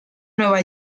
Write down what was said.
nueva